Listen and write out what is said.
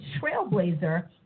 trailblazer